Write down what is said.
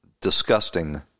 disgusting